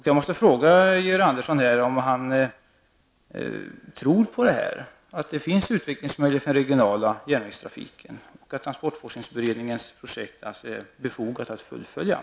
Jag måste fråga Georg Andersson om han tror att det finns utvecklingsmöjligheter för den regionala järnvägstrafiken och att det är befogat att fullfölja transportforskningsberedningens projekt.